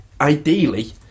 ideally